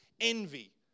envy